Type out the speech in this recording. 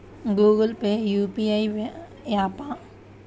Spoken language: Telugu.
గూగుల్ పే యూ.పీ.ఐ య్యాపా?